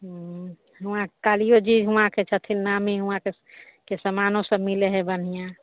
हूँ हुआँ कालिओ जी हुआँके छथिन नामी हुआँके समानो सब मिलै है बढ़िआँ